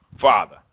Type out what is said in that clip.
Father